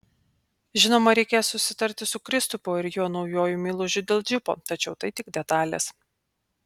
žinoma reikės susitarti su kristupu ir jo naujuoju meilužiu dėl džipo tačiau tai tik detalės